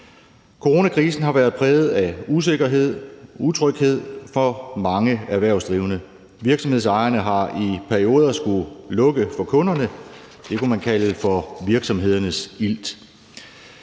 Coronakrisen har været præget af usikkerhed og utryghed for mange erhvervsdrivende. Virksomhedsejerne har i perioder skullet lukke for kunderne – det kunne man kalde for virksomhedernes ilt.